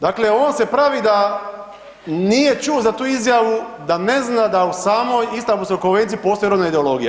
Dakle, on se pravi da nije čuo za tu izjavu da ne zna da u samoj Istambulskoj konvenciji postoji rodna ideologija.